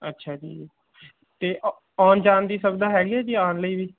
ਅੱਛਾ ਜੀ ਅਤੇ ਆਉਣ ਜਾਣ ਦੀ ਸੁਵਿਧਾ ਹੈਗੀ ਹੈ ਜੀ ਆਉਣ ਲਈ ਵੀ